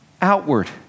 outward